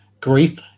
grief